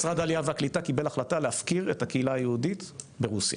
משרד העלייה והקליטה קיבל החלטה להפקיר את הקהילה היהודית ברוסיה,